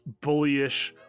bullyish